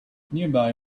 nearby